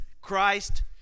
Christ